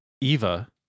Eva